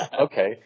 Okay